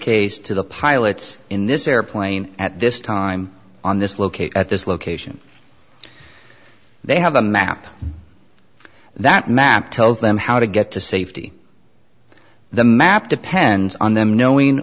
case to the pilots in this airplane at this time on this located at this location they have a map that map tells them how to get to safety the map depends on them knowing